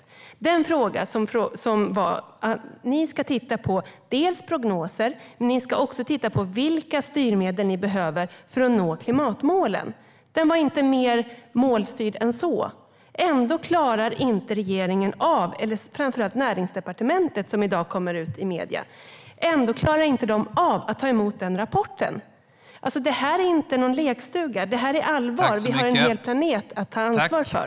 Frågan gällde att man skulle titta på dels prognoser, dels vilka styrmedel man behöver för att nå klimatmålen. Den var inte mer målstyrd än så. Ändå klarar regeringen inte av att ta emot rapporten, framför allt inte Näringsdepartementet, som i dag kommer ut i medierna. Detta är inte någon lekstuga. Det här är allvar. Vi har en hel planet att ta ansvar för.